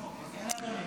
כן, אדוני.